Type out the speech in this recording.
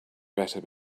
better